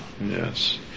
Yes